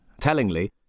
Tellingly